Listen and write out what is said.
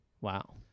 Wow